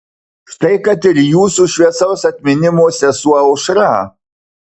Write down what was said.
štai kad ir jūsų šviesaus atminimo sesuo aušra